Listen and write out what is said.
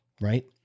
right